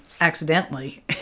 accidentally